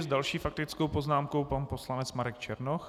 S další faktickou poznámkou pan poslanec Marek Černoch.